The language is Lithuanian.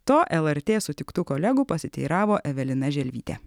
to lrt sutiktų kolegų pasiteiravo evelina želvytė